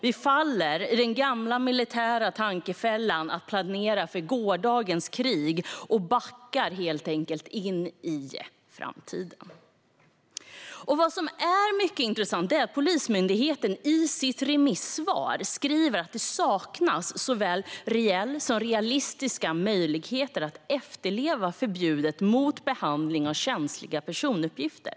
Vi faller i den gamla militära tankefällan att planera för gårdagens krig och backar helt enkelt in i framtiden. Vad som är mycket intressant är att Polismyndigheten i sitt remissvar skriver att det saknas såväl reella som realistiska möjligheter att efterleva förbudet mot behandling av känsliga personuppgifter.